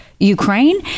Ukraine